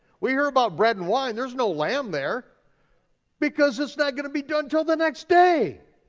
we hear about bread and wine, there's no lamb there because it's not gonna be done till the next day.